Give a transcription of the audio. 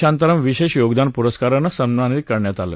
शांताराम विशेष योगदान पुरस्कारानं सन्मानित करण्यात आलं